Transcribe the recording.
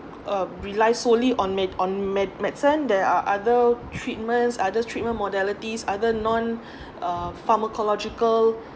um rely solely on med~ on med~ medicine there are other treatments other treatment modalities other non uh pharmacological